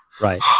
Right